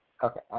Okay